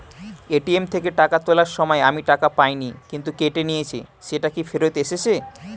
ATM থেকে টাকা তোলার সময় আমি টাকা পাইনি কিন্তু কেটে নিয়েছে সেটা কি ফেরত এসেছে?